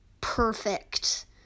perfect